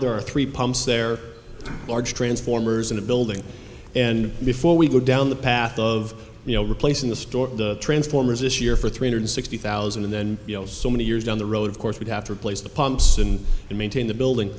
there are three pumps there are large transformers in the building and before we go down the path of you know replacing the store transformers this year for three hundred sixty thousand and then you know so many years down the road of course we have to replace the pumps and to maintain the building